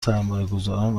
سرمایهگذاران